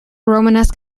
romanesque